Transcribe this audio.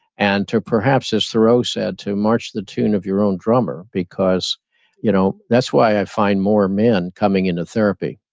and to perhaps as thoreau said, to march the tune of your own drummer. because you know that's why i find more men coming into therapy,